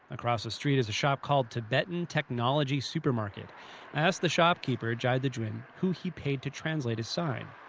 across the street is a shop called tibetan technology supermarket. i ask the shopkeeper, zhai dejun, who he paid to translate his sign.